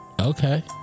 okay